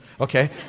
Okay